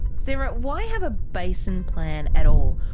sarah, why have a basin plan at all?